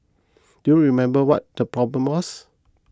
do you remember what the problem was